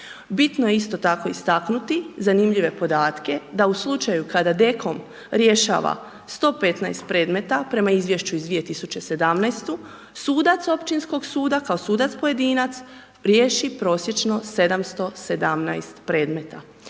Bitno je isto tako istaknuti, zanimljive podatke, da u slučaju kada DEKOM rješava 115 predmeta prema izvješću iz 2017. sudac općinskog suda, kao sudac pojedinac riješi prosječno 717 predmeta,